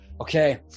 Okay